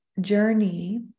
journey